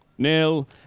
Nil